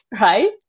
Right